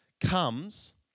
comes